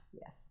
Yes